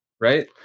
right